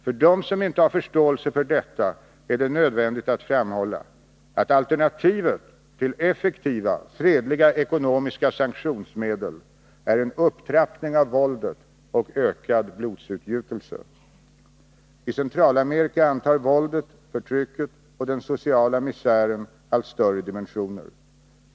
För dem som inte har förståelse för detta är det nödvändigt att framhålla att alternativet till effektiva, fredliga ekonomiska sanktionsmedel är en upptrappning av våldet och ökad blodsutgjutelse. I Centralamerika antar våldet, förtrycket och den sociala misären allt större dimensioner.